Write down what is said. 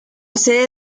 sede